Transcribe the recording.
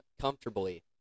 comfortably